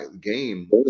game